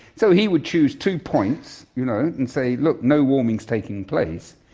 so he would choose two points you know and say, look, no warming is taking place,